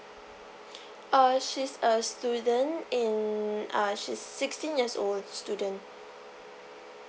uh she's a student in uh she's sixteen years old student